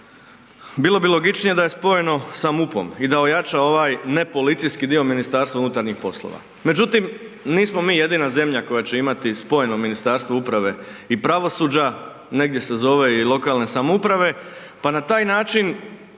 bilo bi logičnije da je spojeno sa MUP-om i da ojača ovaj ne policijski dio MUP-a. Međutim, nismo mi jedina zemlja koja će imati spojeno Ministarstvo uprave i pravosuđa, negdje se zove i lokalne samouprave, pa na taj način